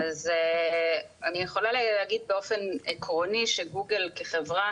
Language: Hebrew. אז אני יכולה להגיד באופן עקרוני שגוגל כחברה,